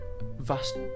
vast